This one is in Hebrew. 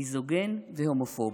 מיזוגן והומופוב.